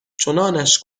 چنانش